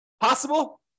Possible